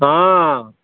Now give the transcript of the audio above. हँ